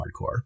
hardcore